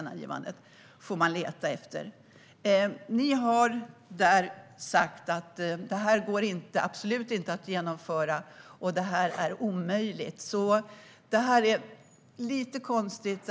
Ni framför där att det här absolut inte går att genomföra och att det är omöjligt. Det är lite konstigt.